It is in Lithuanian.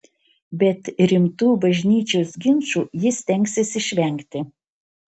bet rimtų bažnyčios ginčų ji stengsis išvengti